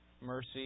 mercy